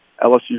LSU